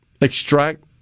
extract